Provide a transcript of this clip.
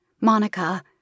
Monica